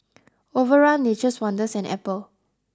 Overrun Nature's Wonders and Apple